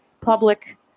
public